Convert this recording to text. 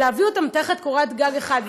להביא אותם תחת קורת גג אחד,